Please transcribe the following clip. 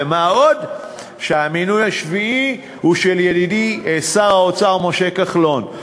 ומה גם שהמינוי השביעי הוא של ידידי שר האוצר משה כחלון.